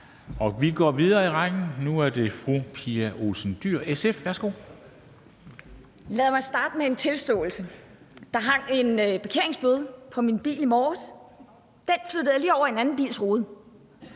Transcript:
Værsgo. Kl. 13:19 Spm. nr. US 40 Pia Olsen Dyhr (SF): Lad mig starte med en tilståelse. Der hang en parkeringsbøde på min bil i morges, men den flyttede jeg lige over på en anden bils rude.